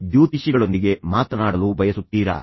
ನೀವು ಕೇವಲ ಜ್ಯೋತಿಷಿಗಳೊಂದಿಗೆ ಮಾತನಾಡಲು ಬಯಸುತ್ತೀರಾ